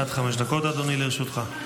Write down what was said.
עד חמש דקות לרשותך, אדוני.